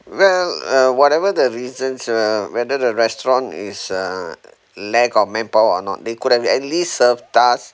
well uh whatever the reasons uh whether the restaurant is uh lack of manpower or not they could have at least served us